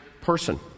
person